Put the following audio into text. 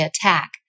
attack